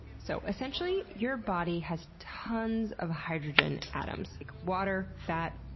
so, essentially, your body has tons of hydrogen atoms like, water, fat,